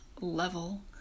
level